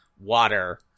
water